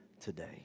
today